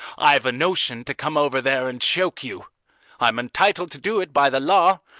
i've a notion to come over there and choke you i'm entitled to do it by the law,